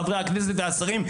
חברי הכנסת והשרים,